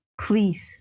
Please